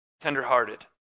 tenderhearted